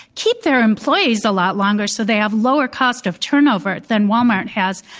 keep their employees a lot longer so they have lower cost of turnover than walmart has.